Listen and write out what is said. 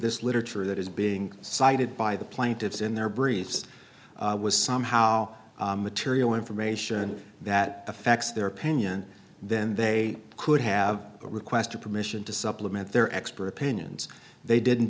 this literature that is being cited by the plaintiffs in their briefs was somehow material information that affects their opinion then they could have requested permission to supplement their expert opinions they didn't